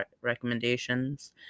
recommendations